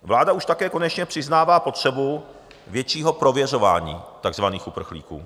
Vláda už také konečně přiznává potřebu většího prověřování takzvaných uprchlíků.